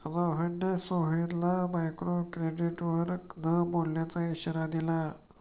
रोहनने सोहनला मायक्रोक्रेडिटवर न बोलण्याचा इशारा दिला